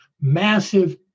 massive